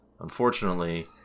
Unfortunately